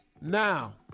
Now